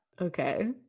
okay